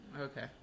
Okay